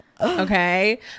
okay